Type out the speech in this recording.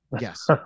Yes